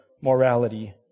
morality